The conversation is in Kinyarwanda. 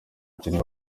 kintu